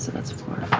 that's four,